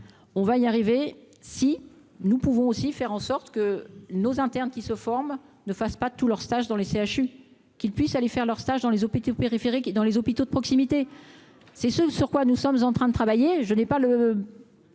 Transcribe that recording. On va y arriver si nous pouvons aussi faire en sorte que nos interne qui se forment, ne fassent pas tout leur stage dans les CHU qu'puisse aller faire leur stage dans les hôpitaux périphériques dans les hôpitaux de proximité, c'est ce sur quoi nous sommes en train de travailler, je n'ai pas le.